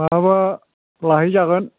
माब्लाबा लाहैजागोन